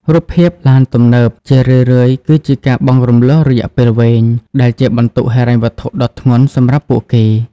រូបភាពឡានទំនើប ជារឿយៗគឺជាការបង់រំលស់រយៈពេលវែងដែលជាបន្ទុកហិរញ្ញវត្ថុដ៏ធ្ងន់សម្រាប់ពួកគេ។